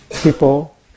people